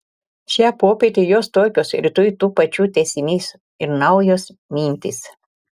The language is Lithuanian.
šią popietę jos tokios rytoj tų pačių tęsinys ir naujos mintys